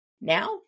now